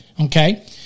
Okay